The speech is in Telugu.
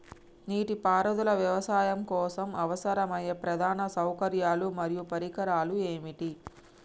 నీటిపారుదల వ్యవసాయం కోసం అవసరమయ్యే ప్రధాన సౌకర్యాలు మరియు పరికరాలు ఏమిటి?